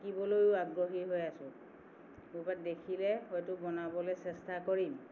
শিকিবলও আগ্ৰহী হৈ আছোঁ ক'ৰবাত দেখিলে হয়তো বনাবলে চেষ্টা কৰিম